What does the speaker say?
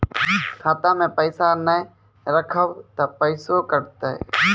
खाता मे पैसा ने रखब ते पैसों कटते?